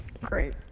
great